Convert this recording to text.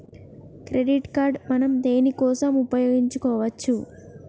Credit card మనం దేనికోసం ఉపయోగించుకోవచ్చు?